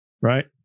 right